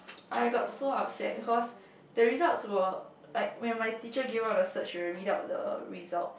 I got so upset cause the results were like when my teacher give out the cert she will read out the results